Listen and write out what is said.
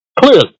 Clearly